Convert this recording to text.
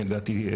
לדעתי,